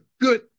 good